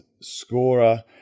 scorer